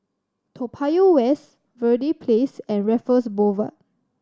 Toa Payoh West Verde Place and Raffles Boulevard